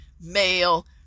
male